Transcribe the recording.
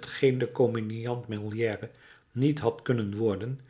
t geen de komediant molière niet had kunnen worden